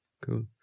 Cool